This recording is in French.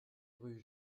rue